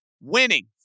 winning